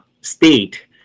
state